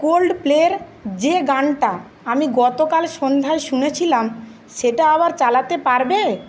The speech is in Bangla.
কোল্ডপ্লের যে গানটা আমি গতকাল সন্ধ্যায় শুনেছিলাম সেটা আবার চালাতে পারবে